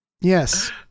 Yes